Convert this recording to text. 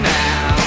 now